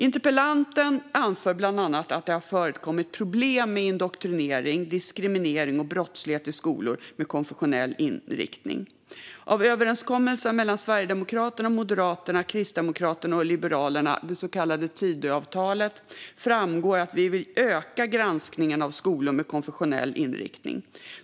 Interpellanten anför bland annat att det förekommit problem med indoktrinering, diskriminering och brottslighet i skolor med konfessionell inriktning. Av överenskommelsen mellan Sverigedemokraterna, Moderaterna, Kristdemokraterna och Liberalerna - det så kallade Tidöavtalet - framgår att partierna vill öka granskningen av skolor med konfessionell inriktning.